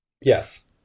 Yes